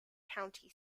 county